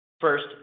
First